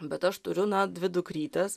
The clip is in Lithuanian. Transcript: bet aš turiu na dvi dukrytes